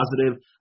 positive